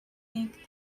make